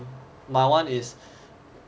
my one is